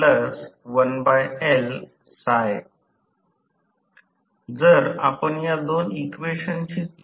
तर हे गोष्ट मी फक्त त्या भाषेतच लिहित आहे तर समीकरण २० नुसार त्यातील S चा काहे भाग रोटर कॉपर लॉस मध्ये नष्ट झाला आहे